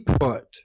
put